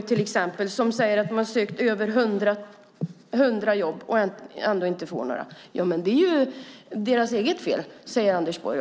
till exempel i Göteborg, som säger att de har sökt över 100 jobb och ändå inte fått något. Det är deras eget fel, säger Anders Borg.